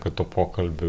kad tų pokalbių